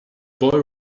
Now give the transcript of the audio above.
boy